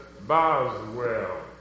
Boswell